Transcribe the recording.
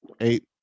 eight